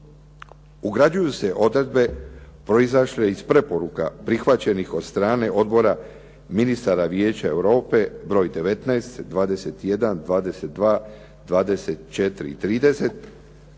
Ugrađuju se odredbe proizašle iz preporuka prihvaćenih od strane odbora ministara Vijeća Europe broj 19, 21, 22, 24 i 30